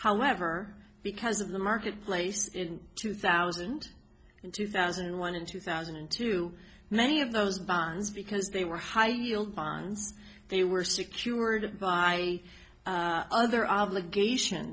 however because of the marketplace in two thousand in two thousand and one in two thousand and two many of those bonds because they were high yield bonds they were secured by other obligations